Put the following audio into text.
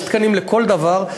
יש תקנים לכל דבר,